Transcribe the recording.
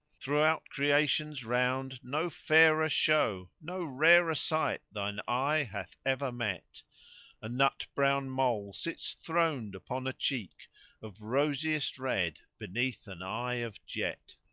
throughout creation's round no fairer show no rarer sight thine eye hath ever met a nut brown mole sits throned upon a cheek of rosiest red beneath an eye of jet.